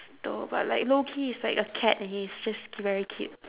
though but like loki is like a cat he's just c~ very cute